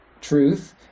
truth